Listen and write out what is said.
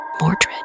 Mordred